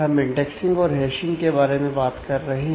हम इंडेक्सिंग और हैशिंग के बारे में बात कर रहे हैं